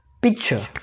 picture